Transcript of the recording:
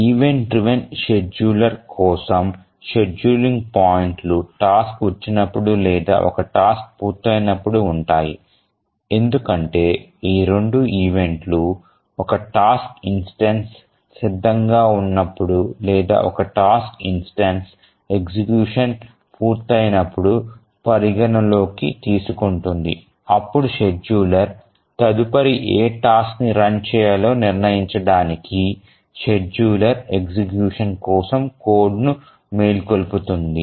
event driven షెడ్యూలర్ల కోసం scheduling పాయింట్లు టాస్క్ వచ్చినప్పుడు లేదా ఒక టాస్క్ పూర్తయినప్పుడు ఉంటాయి ఎందుకంటే ఈ రెండు ఈవెంట్ లు ఒక టాస్క్ ఇన్స్టెన్సు సిద్ధంగా ఉన్నప్పుడు లేదా ఒక టాస్క్ ఇన్స్టెన్సు ఎగ్జిక్యూషన్ పూర్తి అయినప్పుడు పరిగణలోకి తీసుకుంటుంది అప్పుడు షెడ్యూలర్ తదుపరి ఏ టాస్క్ ని రన్ చేయాలో నిర్ణయించడానికి షెడ్యూలర్ ఎగ్జిక్యూషన్ కోసం కోడ్ను మేల్కొల్పుతుంది